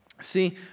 See